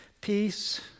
peace